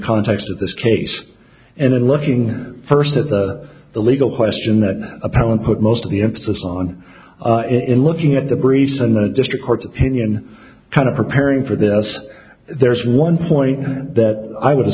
context of this case and in looking first at the the legal question that appellant put most of the emphasis on in looking at the briefs and the district court's opinion kind of preparing for this there's one point that i would a